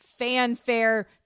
fanfare